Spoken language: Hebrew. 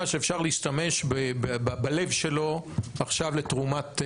שאפשר להשתמש בלב שלו עכשיו לתרומת,